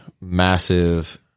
massive